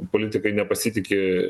politikai nepasitiki